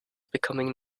becoming